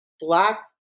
black